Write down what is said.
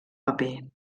paper